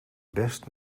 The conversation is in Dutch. best